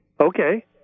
okay